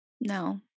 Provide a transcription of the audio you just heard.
No